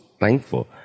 thankful